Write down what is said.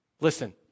Listen